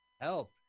help